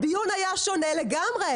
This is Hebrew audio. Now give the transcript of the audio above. הדיון היה שונה לגמרי.